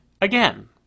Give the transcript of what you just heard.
again